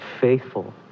faithful